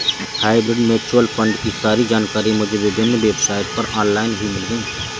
hybrid mutual fund की सारी जानकारी मुझे विभिन्न वेबसाइट पर ऑनलाइन ही मिल गयी